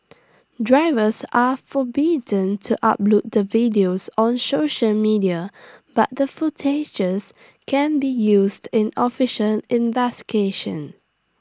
drivers are forbidden to upload the videos on social media but the footages can be used in official investigations